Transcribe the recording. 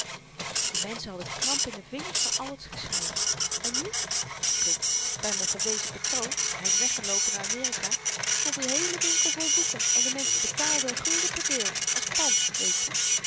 de menschen hadden kramp in de vingers van al t geschryf en nu gut by m'n gewezen patroon hy is weggeloopen naar amerika stond n heele winkel vol boeken en de menschen betaalden n gulden per deel als pand weetje